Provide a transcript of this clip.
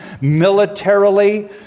Militarily